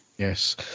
Yes